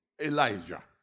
Elijah